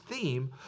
theme